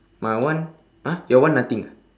my one !huh! your one nothing ah